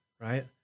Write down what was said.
right